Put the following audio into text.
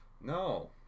no